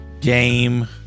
Game